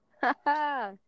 Ha-ha